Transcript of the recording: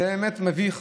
זה באמת מביך.